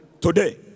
today